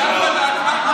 גם בד"ץ,